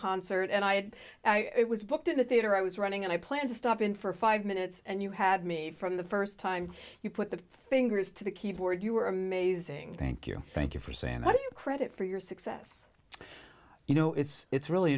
concert and i had it was booked in the theater i was running and i planned to stop in for five minutes and you had me from the first time you put the fingers to the keyboard you were amazing thank you thank you for saying what do you credit for your success you know it's it's really